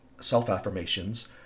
self-affirmations